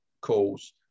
calls